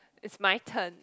is my turn